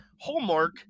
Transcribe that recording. Hallmark